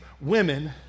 women